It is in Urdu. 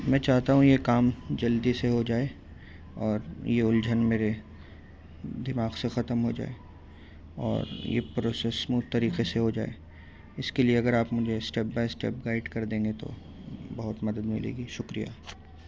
میں چاہتا ہوں یہ کام جلدی سے ہو جائے اور یہ الجھن میرے دماغ سے ختم ہو جائے اور یہ پروسیس اسموتھ طریقے سے ہو جائے اس کے لیے اگر آپ مجھے اسٹپ بائی اسٹپ گائیڈ کر دیں گے تو بہت مدد ملے گی شکریہ